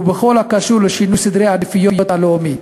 ובכל הקשור לשינוי סדר העדיפויות הלאומי.